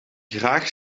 graag